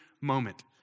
moment